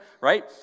right